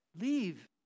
Leave